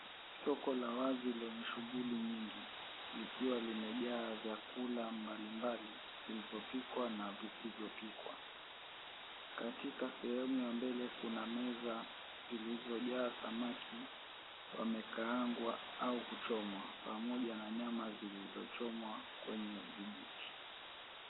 Soko la wazi lenye shughuli nyingi, likiwa limejaa vyakula mbalimbali vilivyopikwa na visivyopikwa. Katika sehemu ya mbele kuna meza zilizojaa samaki wamekaangwa au kuchomwa, pamoja na nyama zilizochomwa kwenye vijiti.